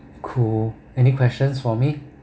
cool any questions for me